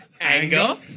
Anger